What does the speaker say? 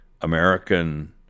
American